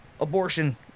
abortion